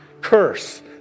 curse